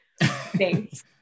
Thanks